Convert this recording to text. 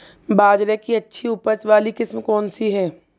बाजरे की अच्छी उपज वाली किस्म कौनसी है?